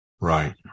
right